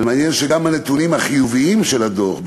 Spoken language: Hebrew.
ומעניין שגם הנתונים החיוביים של הדוח,